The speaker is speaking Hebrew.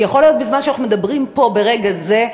כי יכול להיות, שבזמן שאנחנו מדברים פה, ברגע זה,